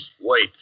Wait